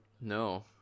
No